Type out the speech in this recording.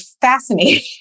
fascinating